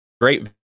great